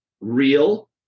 real